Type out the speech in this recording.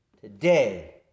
Today